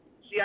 See